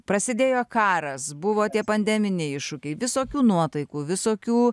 prasidėjo karas buvo tie pandeminiai iššūkiai visokių nuotaikų visokių